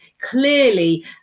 clearly